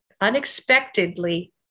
unexpectedly